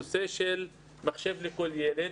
בנושא של מחשב לכל ילד.